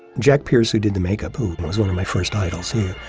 jack pierce who did the makeup who was one of my first idols here.